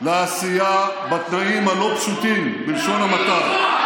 לעשייה בתנאים הלא-פשוטים, בלשון המעטה?